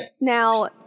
Now